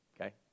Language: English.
Okay